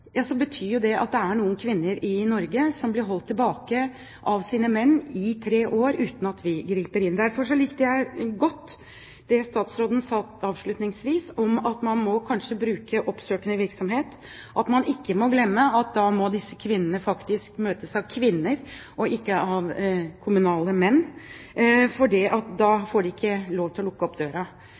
betyr jo det at det er noen kvinner i Norge som blir holdt tilbake av sine menn i tre år, uten at vi griper inn. Derfor likte jeg godt det statsråden sa avslutningsvis, at man kanskje må drive oppsøkende virksomhet, og man ikke må glemme at da må disse kvinnene møtes av kvinner og ikke av kommunale menn, for de får ikke lov til å lukke opp døra